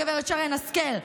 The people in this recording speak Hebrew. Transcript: הגברת שרן השכל,